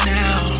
now